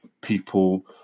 people